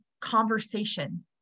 conversation